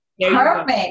Perfect